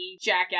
jackass